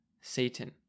Satan